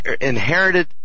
inherited